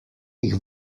jih